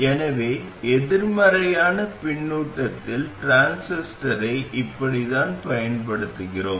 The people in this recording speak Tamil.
எனவே எதிர்மறையான பின்னூட்டத்தில் டிரான்சிஸ்டரை இப்படித்தான் பயன்படுத்துகிறோம்